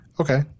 Okay